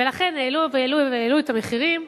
ולכן העלו והעלו והעלו את המחירים,